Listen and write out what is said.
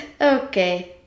Okay